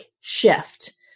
shift